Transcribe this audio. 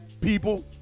people